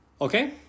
Okay